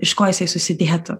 iš ko jisai susidėtų